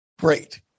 Great